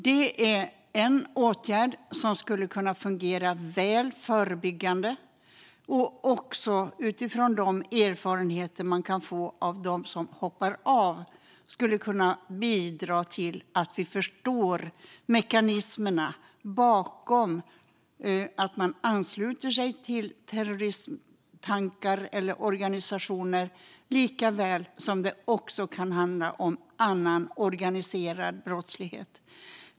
Detta är något som skulle kunna fungera väl som en förebyggande åtgärd och som även, utifrån de erfarenheter man kan få av dem som hoppar av, skulle kunna bidra till att vi förstår mekanismerna bakom att människor ansluter sig till terrorismtankar eller terroristorganisationer. Det kan också handla om annan organiserad brottslighet.